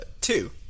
two